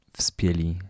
wspieli